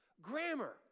Grammar